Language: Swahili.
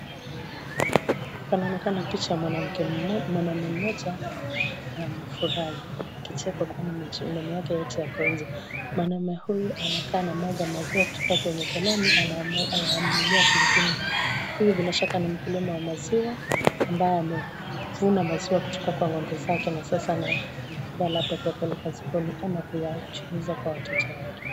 Panaonekana picha ya mwanamke, mwanaume mmoja ambaye amefurahi anakicheko kwani meno yake yote yako nje. Mwanamume huyu anakaa anamwanga maziwa kutoka kwenye galoni anayamiminia kwingine. Huyu bila shaka ni mkulima wa maziwa ambaye amevuna maziwa kutoka kwa ng'ombe zake na sasa anayaandaa labda kuyapeleka sokoni ama kuyachuuza kwa wateja wake.